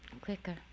quicker